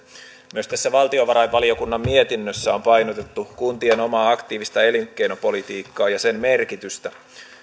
myös tässä valtiovarainvaliokunnan mietinnössä on painotettu kuntien omaa aktiivista elinkeinopolitiikkaa ja sen merkitystä